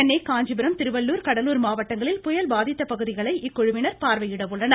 சென்னை காஞ்சிபுரம் திருவள்ளுர் கடலூர் மாவட்டங்களில் புயல் பாதித்த பகுதிகளை இக்குழுவினர் பார்வையிட உள்ளனர்